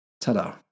Ta-da